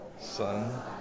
Son